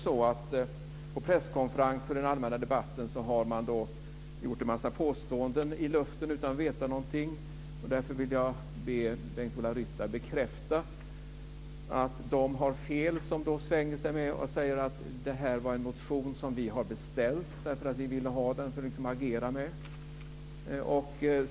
På presskonferenser och i den allmänna debatten har man gjort en massa påståenden i luften utan att veta någonting. Därför vill jag be Bengt-Ola Ryttar bekräfta att de har fel som svänger sig med att detta var en motion som vi har beställt därför att vi ville ha den att agera med.